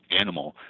animal